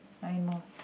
nine more